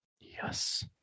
Yes